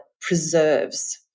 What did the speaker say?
preserves